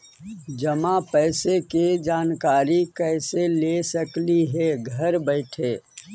जमा पैसे के जानकारी कैसे ले सकली हे घर बैठे?